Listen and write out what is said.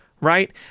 right